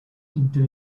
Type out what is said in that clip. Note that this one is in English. into